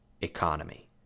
economy